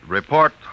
report